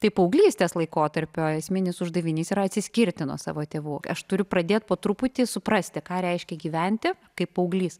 tai paauglystės laikotarpio esminis uždavinys yra atsiskirti nuo savo tėvų aš turiu pradėt po truputį suprasti ką reiškia gyventi kaip paauglys